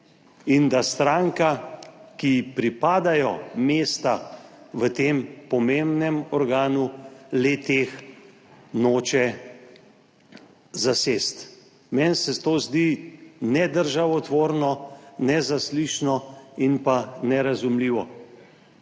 In da stranka, ki ji pripadajo mesta v tem pomembnem organu, le-teh noče zasesti. Meni se to zdi nedržavotvorno, nezaslišano in nerazumljivo.